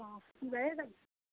অঁ কি বাৰে যাবি